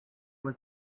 was